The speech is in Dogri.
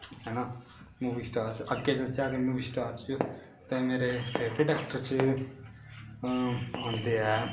है ना मूवी स्टार च अग्गें चलचै अगर मूवी स्टार च ते मेरे फेवरट ऐक्टर च आंदे ऐ